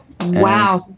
Wow